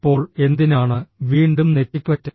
ഇപ്പോൾ എന്തിനാണ് വീണ്ടും നെറ്റിക്വറ്റ്